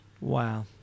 Wow